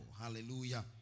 Hallelujah